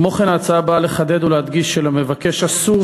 כמו כן ההצעה באה לחדד ולהדגיש שלמבקש אסור